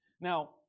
Now